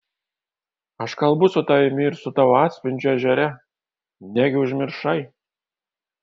aš kalbu su tavimi ir su tavo atspindžiu ežere negi užmiršai